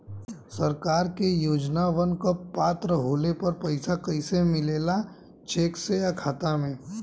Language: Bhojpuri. सरकार के योजनावन क पात्र होले पर पैसा कइसे मिले ला चेक से या खाता मे?